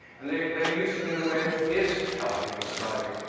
and they they used them in a way that is helping in surviving.